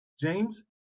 James